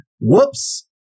Whoops